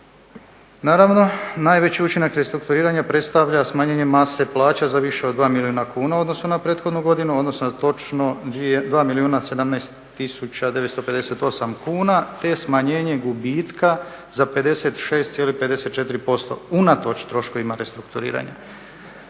Naravno najveći učinak restrukturiranja predstavlja smanjenje mase plaća za više od 2 milijuna kuna u odnosu na prethodnu godinu odnosno točno 2 milijuna 17 tisuća 958 kuna te smanjenje gubitka za 56,54% unatoč troškovima restrukturiranja.